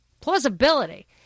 plausibility